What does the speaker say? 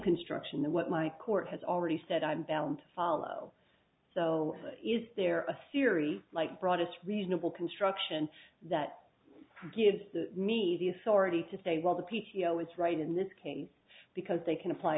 construction the what my court has already said i'm bound to follow so is there a series like broad it's reasonable construction that gives me the authority to say well the p t o is right in this case because they can apply